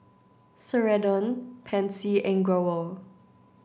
Ceradan Pansy and Growell